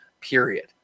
Period